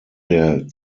der